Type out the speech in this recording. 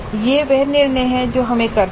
यह वह निर्णय है जो हमें करना है